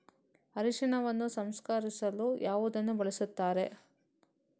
ಅರಿಶಿನವನ್ನು ಸಂಸ್ಕರಿಸಲು ಯಾವುದನ್ನು ಬಳಸುತ್ತಾರೆ?